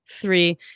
Three